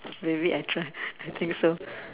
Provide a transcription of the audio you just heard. maybe I try I think so